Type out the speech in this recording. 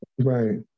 Right